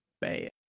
bad